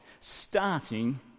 starting